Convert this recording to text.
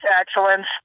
excellence